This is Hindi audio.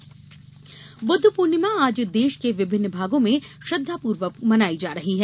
बुद्ध पूर्णिमा बुद्ध पूर्णिमा आज देश के विभिन्न भागों में श्रद्दापूर्वक मनायी जा रही है